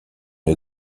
une